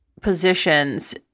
positions